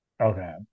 Okay